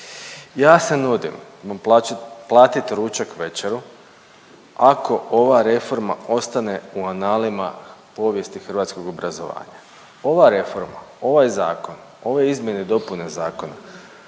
ja se nudim, imam platit ručak, večeru ako ova reforma ostane u analima povijesti hrvatskog obrazovanja. Ova reforma, ovaj zakon, ove izmjene i dopune zakona